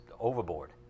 overboard